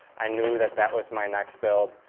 i knew that that was my next build.